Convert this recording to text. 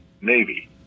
Navy